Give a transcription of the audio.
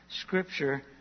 Scripture